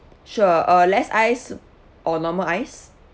sure uh less ice or normal ice